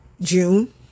june